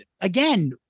again